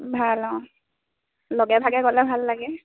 ভাল অঁ লগেভাগে গ'লে ভাল লাগে